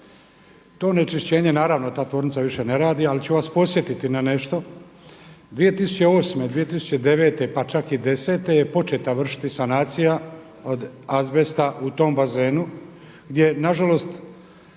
To onečišćenje naravno ta tvornica više ne radi, ali ću vas podsjetiti na nešto, 2008., 2009. pa čak i 2010. je početa vršiti sanacija od azbesta u tom bazenu gdje nažalost